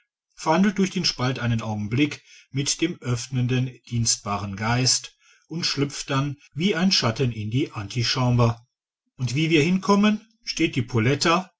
verhandelt durch den spalt einen augenblick mit dem öffnenden dienstbaren geist und schlüpft dann wie ein schatten in die antichambre und wie wir hinkommen steht die